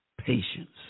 patience